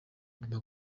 guma